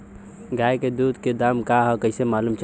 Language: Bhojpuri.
गाय के दूध के दाम का ह कइसे मालूम चली?